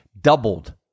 doubled